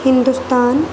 Hindustan